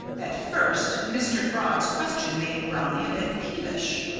at first mr. frog's question made brownie a bit peevish.